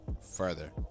further